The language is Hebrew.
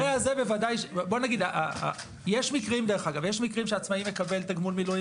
יש מקרים שעצמאי מקבל תגמול מילואים